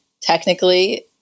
Technically